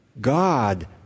God